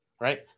Right